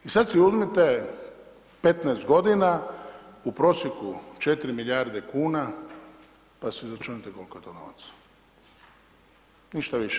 I sad si uzmite 15 godina u prosjeku 4 milijarde kuna pa si izračunajte kolko je to novaca, ništa više.